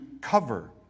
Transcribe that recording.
cover